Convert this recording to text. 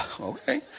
Okay